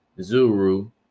Zuru